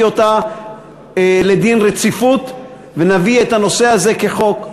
אותה לדין רציפות ונביא את הנושא הזה כחוק.